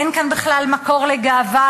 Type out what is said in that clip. אין כאן בכלל מקור לגאווה.